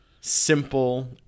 simple